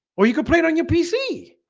or you could play it on your pc